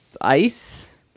ice